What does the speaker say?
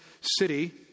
city